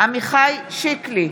עמיחי שיקלי,